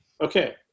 Okay